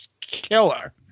killer